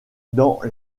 dans